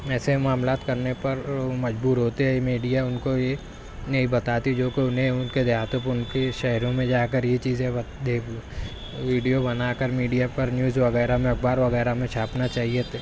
ایسے معاملات کرنے پر مجبور ہوتے ہیں میڈیا ان کو یہ نہیں بتاتی جوکہ انہیں ان کے دیہاتوں پہ ان کی شہروں میں جا کر یہ چیزیں ویڈیو بنا کر میڈیا پر نیوز وغیرہ میں اخبار وغیرہ میں چھاپنا چاہیے